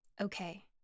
Okay